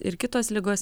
ir kitos ligos